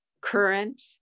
current